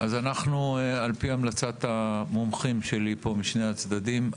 על פי המלצת המומחים שלי פה משני הצדדים,